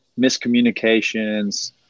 miscommunications